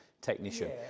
technician